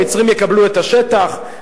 המצרים יקבלו את השטח,